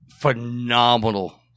phenomenal